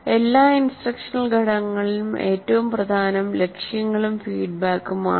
എല്ലാ ഇൻസ്ട്രക്ഷണൽ ഘടകങ്ങളിലും ഏറ്റവും പ്രധാനം ലക്ഷ്യങ്ങളും ഫീഡ്ബാക്കും ആണ്